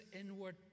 inward